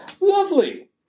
Lovely